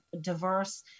diverse